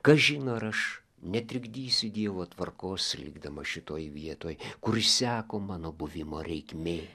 kas žino ar aš netrikdysiu dievo tvarkos likdamas šitoj vietoj kur išseko mano buvimo reikmė